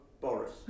Boris